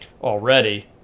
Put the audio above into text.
already